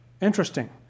Interesting